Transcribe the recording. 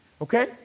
okay